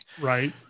Right